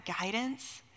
guidance